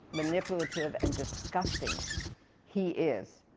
manipulative, and disgusting he is.